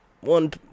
one